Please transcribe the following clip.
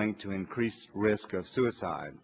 linked to increased risk of suicide